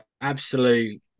absolute